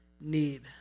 need